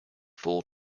full